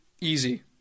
Easy